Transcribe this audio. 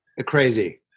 Crazy